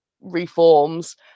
reforms